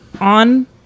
on